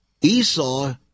Esau